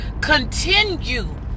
continue